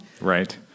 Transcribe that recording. right